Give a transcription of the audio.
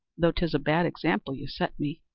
though tis a bad example you set me.